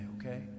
okay